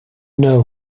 know